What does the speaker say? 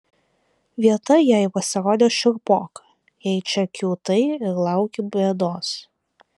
vieta jai pasirodė šiurpoka jei čia kiūtai ir lauki bėdos